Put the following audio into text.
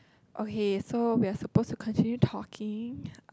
okay so we are supposed to continue talking